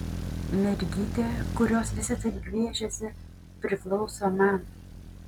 mergytė kurios visi taip gviešiasi priklauso man